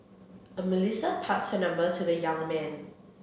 a Melissa passed her number to the young man